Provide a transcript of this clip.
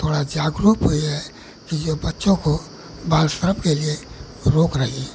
थोड़ा जागरूक हुई है कि जो बच्चों को बाल श्रम के लिए रोक रही है